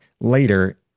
later